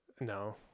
No